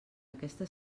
aquesta